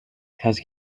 has